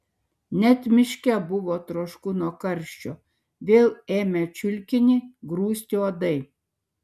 net miške buvo trošku nuo karščio vėl ėmė čiulkinį grūsti uodai